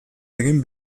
egin